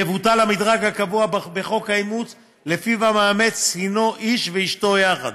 יבוטל המדרג הקבוע בחוק האימוץ שלפיו המאמץ הינו איש ואישתו יחד